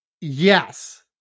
yes